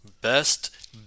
best